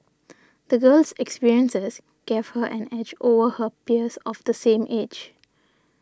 the girl's experiences gave her an edge over her peers of the same age